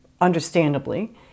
understandably